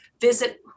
visit